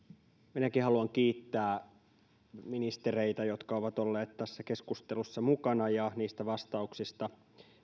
minäkin haluan kiittää ministereitä jotka ovat olleet tässä keskustelussa mukana niistä vastauksista